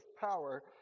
power